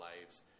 lives